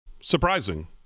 surprising